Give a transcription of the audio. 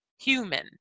human